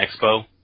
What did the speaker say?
expo